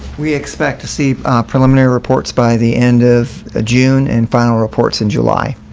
we expect to see preliminary reports by the end of ah june and final reports in july.